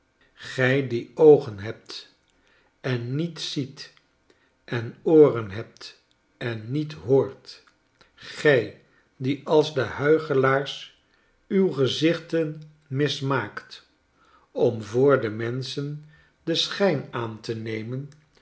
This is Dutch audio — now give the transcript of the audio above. gij die oogen hebt en niet ziet en ooren hebt en niet hoort gij die als de huichelaars uw gezichten mismaakt om voor de menschen den schijn aan te nemen